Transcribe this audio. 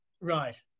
right